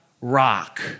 rock